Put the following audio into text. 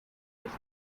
lexus